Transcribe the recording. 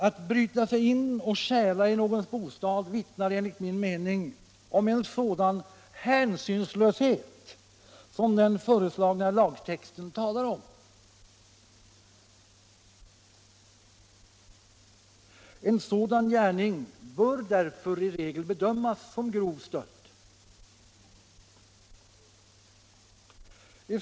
Att bryta sig in och stjäla i någons bostad vittnar enligt min mening om en sådan hänsynslöshet som den föreslagna lagtexten talar om. En sådan gärning bör därför i regel bedömas som grov stöld.